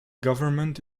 government